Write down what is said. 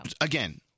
again-